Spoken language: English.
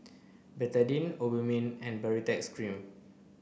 Betadine Obimin and Baritex Cream